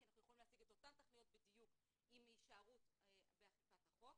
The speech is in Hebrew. כי אנחנו יכולים להשיג את אותן תכליות בדיוק עם הישארות באכיפת החוק,